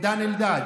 את דן אלדד.